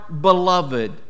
beloved